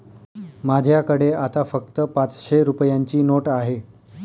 माझ्याकडे आता फक्त पाचशे रुपयांची नोट आहे